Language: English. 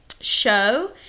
show